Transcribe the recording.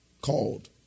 called